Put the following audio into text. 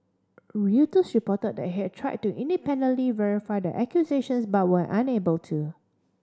Reuters reported it had tried to independently verify the accusations but were unable to